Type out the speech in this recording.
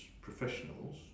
professionals